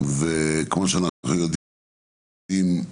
שאנחנו יודעים,